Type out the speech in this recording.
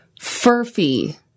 Furfy